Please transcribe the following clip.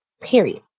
period